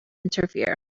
interfere